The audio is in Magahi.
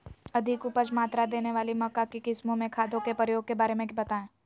अधिक उपज मात्रा देने वाली मक्का की किस्मों में खादों के प्रयोग के बारे में बताएं?